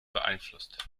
beeinflusst